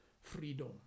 freedom